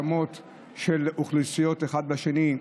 על ההאשמות של אוכלוסיות, אחת כלפי השנייה,